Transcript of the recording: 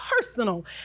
personal